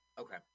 Okay